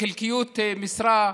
בחלקיות משרה,